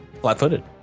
flat-footed